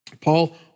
Paul